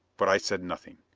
but i said nothing.